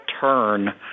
turn